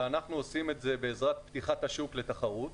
אנחנו עושים את זה בעזרת פתיחת השוק לתחרות.